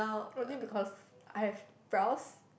only because I have brows